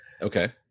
Okay